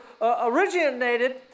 originated